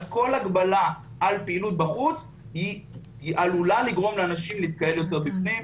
אז כל הגבלה על פעילות בחוץ עלולה לגרום לאנשים להתקהל יותר בפנים.